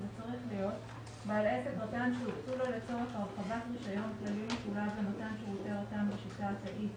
- לצורך הרחבת רישיון כללי משולב למתן שירותי רט"ן בשיטה התאית,